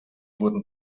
wurden